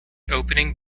opening